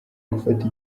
gufata